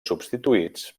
substituïts